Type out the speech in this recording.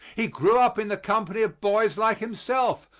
he grew up in the company of boys like himself,